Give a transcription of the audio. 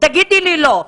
תגידי לי לא.